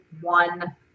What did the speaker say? one